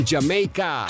Jamaica